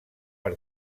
per